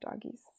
doggies